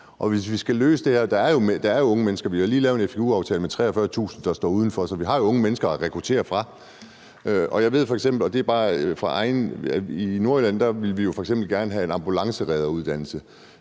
de ikke vil flytte sig ret langt. Der er jo unge mennesker. Vi har lige lavet en fgu-aftale med 43.000, der står uden for arbejdsmarkedet, så vi har jo unge mennesker at rekruttere fra. Jeg ved f.eks., og det er bare fra mig selv, at i Nordjylland ville vi f.eks. gerne have en ambulanceredderuddannelse,